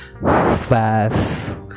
fast